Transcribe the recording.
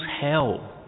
hell